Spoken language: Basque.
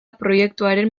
proiektuaren